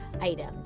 item